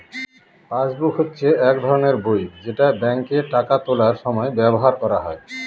passbook হচ্ছে এক ধরনের বই যেটা ব্যাঙ্কে টাকা তোলার সময় ব্যবহার করা হয়